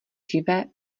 živé